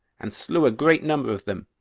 and slew a great number of them,